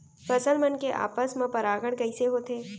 फसल मन के आपस मा परागण कइसे होथे?